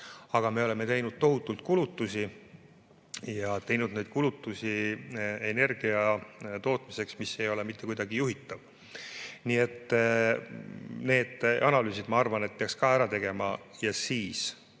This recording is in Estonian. Aga me oleme teinud tohutult kulutusi: teinud kulutusi energia tootmiseks, mis ei ole mitte kuidagi juhitav. Nii et need analüüsid, ma arvan, peaks ka ära tegema ja siis